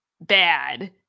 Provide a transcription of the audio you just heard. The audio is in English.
bad